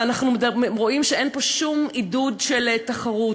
ואנחנו רואים שאין פה שום עידוד של תחרות.